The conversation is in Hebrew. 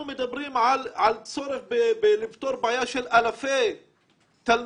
אנחנו מדברים על צורך בלפתור בעיה של אלפי תלמידים.